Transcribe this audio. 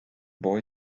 boy